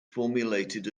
formulated